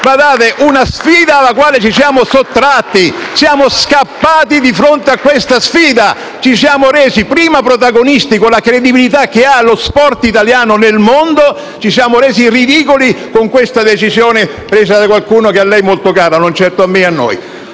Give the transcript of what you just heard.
una sfida alla quale ci siamo sottratti, di fronte alla quale siamo scappati, e di cui ci siamo resi prima protagonisti con la credibilità che ha lo sport italiano nel mondo, e poi ci siamo resi ridicoli con una decisione presa da qualcuno che a lei è molto caro, ma non certo a me né a noi.